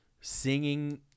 singing